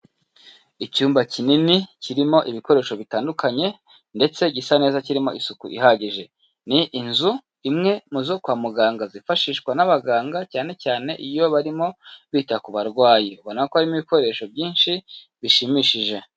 Icyumba kinini kirimo ibikoresho bitandukanye ndetse gisa neza kirimo isuku ihagije. Ni inzu imwe mu zo kwa muganga zifashishwa n'abaganga cyane cyane iyo barimo bita ku barwayi. Ubona ko harimo ibikoresho byinshi bishimishije.